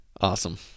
Awesome